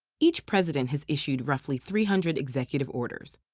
each president has issued roughly three hundred executive orders,